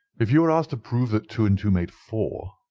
if you were asked to prove that two and two made four,